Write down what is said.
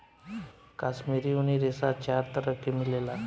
काश्मीरी ऊनी रेशा चार तरह के मिलेला